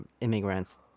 immigrants